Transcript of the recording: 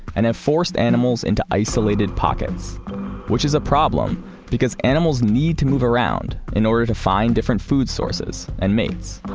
and have forced animals into isolated pockets which is a problem because animals need to move around and to find different food sources and mates.